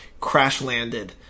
crash-landed